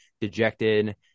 dejected